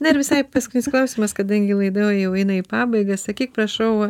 na ir visai paskutinis klausimas kadangi laida jau eina į pabaigą sakyk prašau